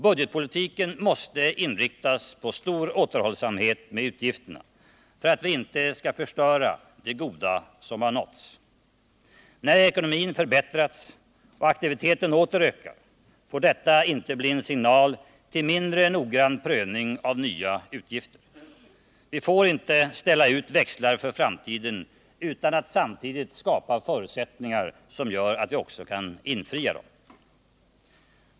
Budgetpolitiken måste inriktas på stor återhållsamhet med utgifterna, för att vi inte skall förstöra det goda som har nåtts. När ekonomin förbättrats och aktiviteten åter ökar får detta inte bli en signal till mindre noggrann prövning av nya utgifter. Vi får inte ställa ut växlar på framtiden utan att samtidigt skapa förutsättningar för att kunna infria dem.